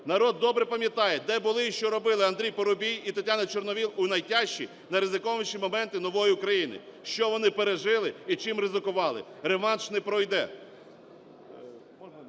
Народ добре пам'ятає, де були і що робили Андрій Парубій і Тетяна Чорновіл у найтяжчі, найризикованіші моменти нової України, що вони пережили і чим ризикували. Реванш не пройде.